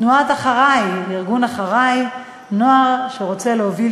תנועת "אחריי!" ארגון "אחריי!" נוער שרוצה להוביל